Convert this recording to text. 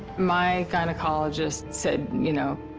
my gynecologist said, you know,